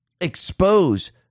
expose